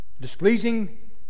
displeasing